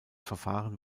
verfahren